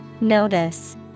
Notice